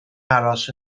aros